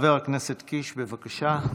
חבר הכנסת קיש, בבקשה.